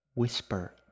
Whisper